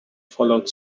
followed